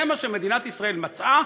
זה מה שמדינת ישראל מצאה,